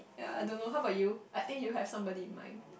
uh I don't know how about you I think you have somebody in mind